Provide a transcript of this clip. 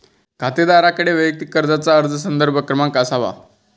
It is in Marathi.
खातेदाराकडे वैयक्तिक कर्जाचा अर्ज संदर्भ क्रमांक असावा